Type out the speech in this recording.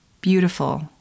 beautiful